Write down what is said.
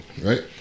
right